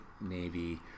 navy